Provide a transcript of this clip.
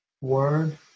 word